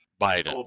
Biden